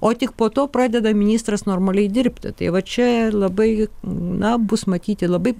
o tik po to pradeda ministras normaliai dirbti tai va čia labai na bus matyti labai